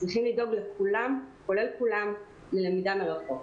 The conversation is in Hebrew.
צריכים לדאוג לכולם ללמידה מרחוק.